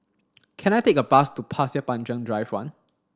can I take a bus to Pasir Panjang Drive one